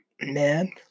Man